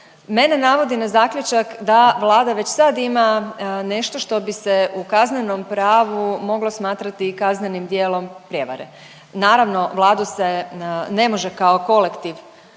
mene navodi na zaključak da Vlada već sad ima nešto što bi se u kaznenom pravo moglo smatrati i kaznenim dijelom prijevare. Naravno Vladu se ne može kao kolektiv